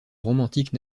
romantique